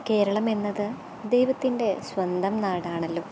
കേരളമെന്നതു ദൈവത്തിൻ്റെ സ്വന്തം നാടാണല്ലോ